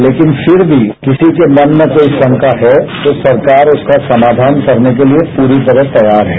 लेकिन फिर भी किसी के मन में कोई शंका है तो सरकार उसका समाधान करने के लिए पूरी तरह तैयार है